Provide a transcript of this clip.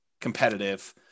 competitive